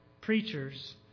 preachers